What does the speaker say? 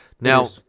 Now